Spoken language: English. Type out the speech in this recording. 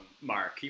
Mark